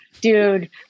dude